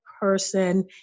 person